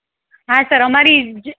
હા સર અમારી જ